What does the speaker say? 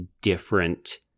different